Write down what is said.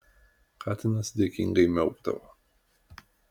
katinas dėkingai miaukdavo